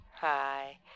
Hi